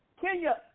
Kenya